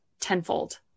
tenfold